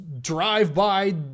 drive-by